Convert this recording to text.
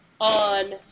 on